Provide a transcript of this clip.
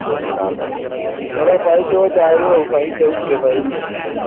चलो भाई जो जायज होग भाई देऊड़गे भाई